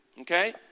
Okay